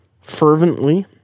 fervently